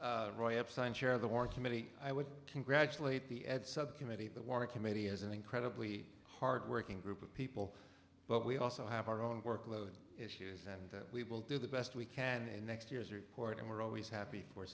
committee i would congratulate the subcommittee the war committee is an incredibly hard working group of people but we also have our own workload issues and we will do the best we can next year's report and we're always happy for